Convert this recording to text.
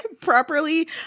properly